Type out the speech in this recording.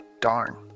Darn